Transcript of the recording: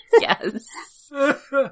Yes